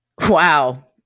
wow